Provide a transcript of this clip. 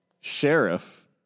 Sheriff